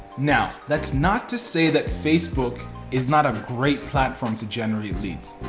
now, that's not to say that facebook is not a great platform to generate leads,